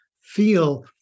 feel